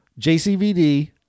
JCVD